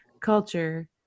culture